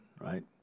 right